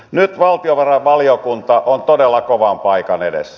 nyt valtiovarainvaliokunta on todella kovan paikan edessä